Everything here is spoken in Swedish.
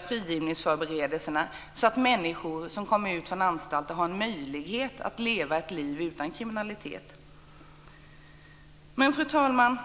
frigivningsförberedelserna så att människor som kommer ut från anstalter har en möjlighet att leva ett liv utan kriminalitet. Fru talman!